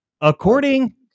According